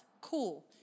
Cool